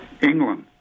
England